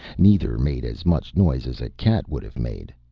neither made as much noise as a cat would have made.